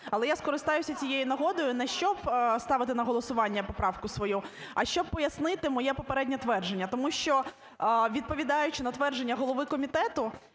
Але я скористаюся цією нагодою не щоб ставити на голосування поправку свою, а щоб пояснити моє попереднє твердження, тому що, відповідаючи на твердження голови комітету,